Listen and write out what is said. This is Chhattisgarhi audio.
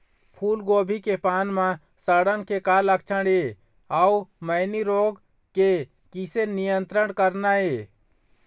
फूलगोभी के पान म सड़न के का लक्षण ये अऊ मैनी रोग के किसे नियंत्रण करना ये?